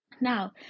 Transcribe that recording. now